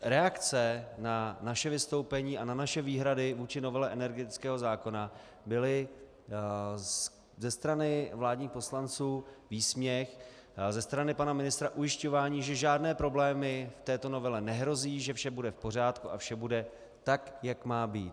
Reakce na naše vystoupení a na naše výhrady vůči novele energetického zákona byl ze strany vládních poslanců výsměch, ze strany pana ministra ujišťování, že žádné problémy této novele nehrozí, že vše bude v pořádku a vše bude tak, jak má být.